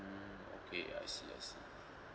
mm okay I see I see